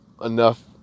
enough